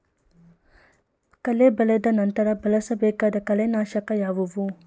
ಕಳೆ ಬೆಳೆದ ನಂತರ ಬಳಸಬೇಕಾದ ಕಳೆನಾಶಕಗಳು ಯಾವುವು?